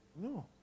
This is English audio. No